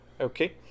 Okay